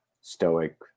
stoic